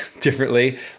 differently